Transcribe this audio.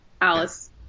Alice